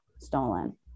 Stolen